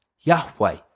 Yahweh